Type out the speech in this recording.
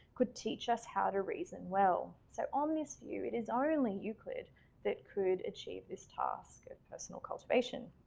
could teach us how to reason well. so on this view, it is ah only euclid that could achieve this task of personal cultivation.